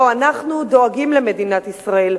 לא, אנחנו דואגים למדינת ישראל.